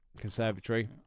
conservatory